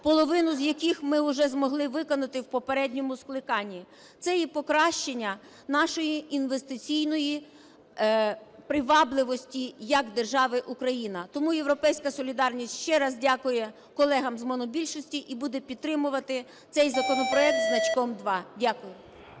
половину з яких ми уже змогли виконати в попередньому скликанні. Це і покращання нашої інвестиційної привабливості як держави Україна. Тому "Європейська солідарність" ще раз дякує колегам з монобільшості і буде підтримувати цей законопроект з значком 2. Дякую.